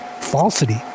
falsity